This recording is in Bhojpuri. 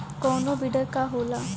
कोनो बिडर का होला?